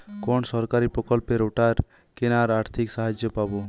কোন সরকারী প্রকল্পে রোটার কেনার আর্থিক সাহায্য পাব?